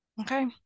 Okay